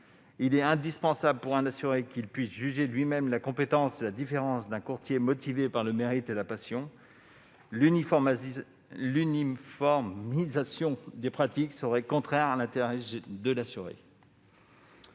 Il est indispensable pour un assuré de pouvoir juger lui-même de la compétence d'un courtier motivé par le mérite et la passion. L'uniformisation des pratiques serait contraire à l'intérêt de l'assuré.